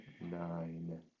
nine